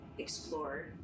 explore